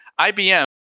IBM